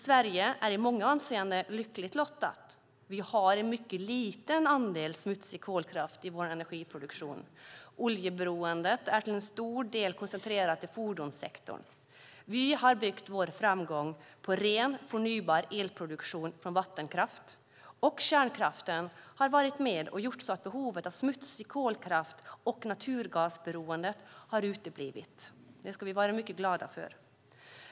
Sverige är i många avseenden lyckligt lottat. I Sverige har vi en mycket liten andel smutsig kolkraft i vår energiproduktion. Oljeberoendet är till stor del koncentrerat till fordonssektorn. Vi har byggt vår framgång på ren och förnybar elproduktion från vattenkraft, och kärnkraften har varit med och gjort så att behovet av smutsig kolkraft och naturgasberoendet har uteblivit. Det ska vi vara mycket glada för.